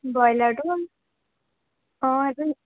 ব্ৰইলাৰটো অঁ এইটো